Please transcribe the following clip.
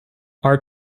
our